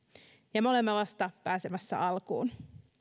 ja me olemme vasta pääsemässä alkuun